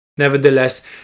Nevertheless